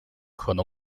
可能